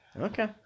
Okay